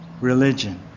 religion